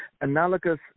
analogous